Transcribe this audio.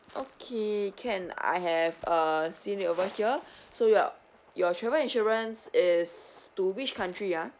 okay can I have uh seen it over here so you're your travel insurance is to which country ah